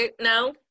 now